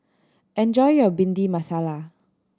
enjoy your Bhindi Masala